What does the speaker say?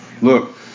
look